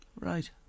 Right